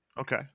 Okay